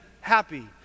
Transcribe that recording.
happy